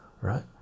right